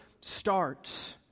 starts